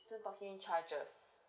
season parking charges